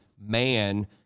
man